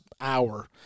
hour